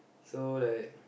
so like